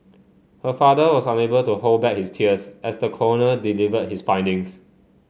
her father was unable to hold back his tears as the coroner delivered his findings